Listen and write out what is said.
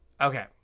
Okay